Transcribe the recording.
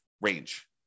range